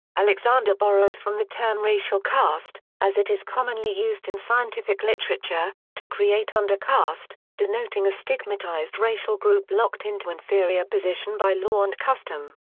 alexander borrows from the term racial caste, as it commonly used in scientific literature, to create undercast, denoting a stigmatized racial group locked into inferior position by law and custom.